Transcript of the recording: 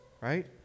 right